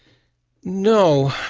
no,